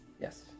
yes